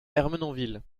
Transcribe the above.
ermenonville